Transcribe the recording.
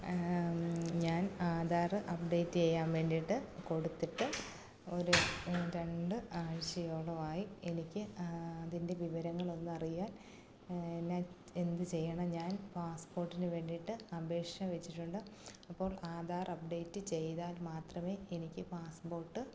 ഞാൻ ആധാർ അപ്ഡേറ്റ് ചെയ്യാൻ വേണ്ടിയിട്ട് കൊടുത്തിട്ട് ഒരു രണ്ട് ആഴ്ച്ചയോളം ആയി എനിക്ക് അതിൻ്റെ വിവരങ്ങളൊന്നും അറിയാൻ ഞാൻ എന്ത് ചെയ്യണം ഞാൻ പാസ്സ്പോർട്ടിന് വേണ്ടിയിട്ട് അപേക്ഷ വച്ചിട്ടുണ്ട് അപ്പോൾ ആധാർ അപ്ഡേറ്റ് ചെയ്താൽ മാത്രമേ എനിക്ക് പാസ്സ്പോർട്ട്